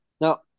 Now